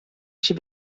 she